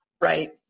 Right